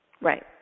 Right